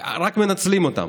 רק מנצלים אותם.